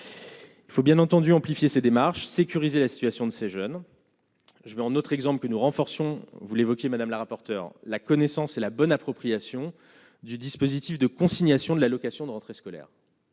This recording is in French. Il faut bien entendu amplifier ces démarches sécuriser la situation de ces jeunes, je vais en autre exemple que nous renforcions vous l'évoquiez madame la rapporteure, la connaissance et la bonne appropriation du dispositif de consignation de l'allocation de rentrée scolaire.